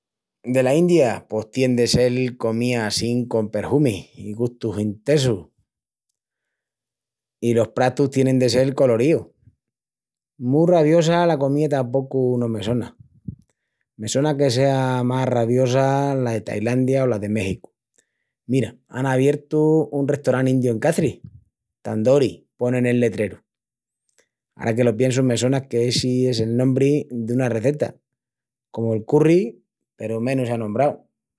Dela India pos tien de sel comía assín con perhumis i gustus intesus. I los pratus tienin de sel coloríus. Mu raviosa la comía tapocu no me sona. Me sona que sea más raviosa la de Tailandia o la de Méxicu. Mira, án abiertu un restorán indiu en Caçris, Tandoori pon en el letreru, ara que lo piensu me sona qu'essi es el nombri duna rezeta, comu el curry peru menus anombrau.